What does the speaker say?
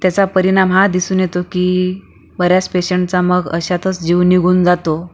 त्याचा परिणाम हा दिसून येतो की बऱ्याच पेशंटचा मग अशातच जीव निघून जातो